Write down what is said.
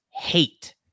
Hate